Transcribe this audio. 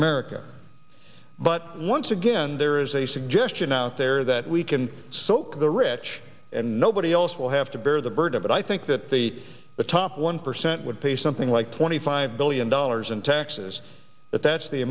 america but once again there is a suggestion out there that we can soak the rich and nobody else will have to bear the burden but i think that the top one percent would pay something like twenty five billion dollars in taxes that that's the